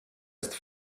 ist